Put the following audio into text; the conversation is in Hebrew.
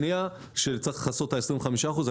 וצריך לכסות את ה-25 אחוזים.